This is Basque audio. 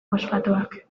fosfatoak